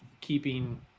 keeping